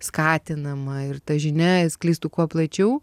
skatinama ir ta žinia sklistų kuo plačiau